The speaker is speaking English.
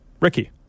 Ricky